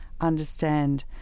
understand